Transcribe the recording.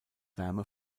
wärme